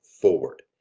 forward